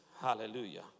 Hallelujah